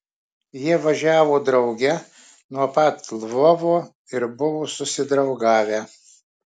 jie važiavo drauge nuo pat lvovo ir buvo susidraugavę